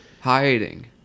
Hiding